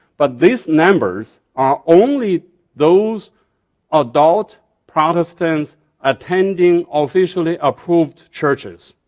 but these numbers are only those adult protestants attending um officially approved churches.